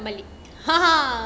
ha ha